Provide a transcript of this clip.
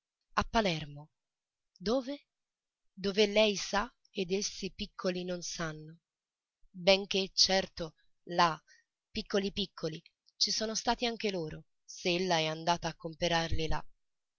a palermo dove dove lei sa ed essi piccoli non sanno benché certo là piccoli piccoli ci sono stati anche loro se ella è andata a comperarli là